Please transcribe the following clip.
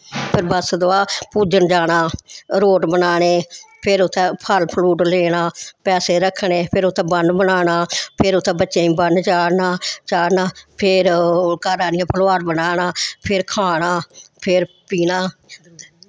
फिर बच्छ दुआ पूजन जाना रोट बनाने फिर उत्थै फल फ्रूट लेना पैसे रक्खने ते फिर उत्थै बन्न बनाना ते फिर उत्थै बच्चें गी बन्न चाढ़ना चाढ़ना फिर ओह् घर आह्नियै फलोहार बनाना फिर खाना ते फिर पीना